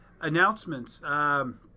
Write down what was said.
Announcements